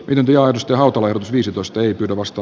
vienti on autolle viisitoista nykykuvasto